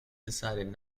decided